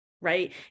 right